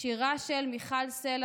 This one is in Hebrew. שירה של מיכל סלה,